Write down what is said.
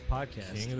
Podcast